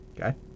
Okay